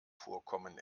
vorkommen